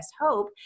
Hope